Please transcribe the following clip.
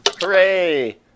Hooray